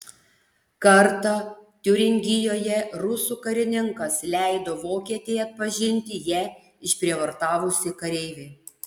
kartą tiuringijoje rusų karininkas leido vokietei atpažinti ją išprievartavusį kareivį